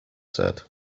said